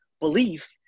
belief